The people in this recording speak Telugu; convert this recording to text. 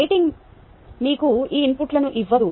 రేటింగ్ మీకు ఈ ఇన్పుట్లను ఇవ్వదు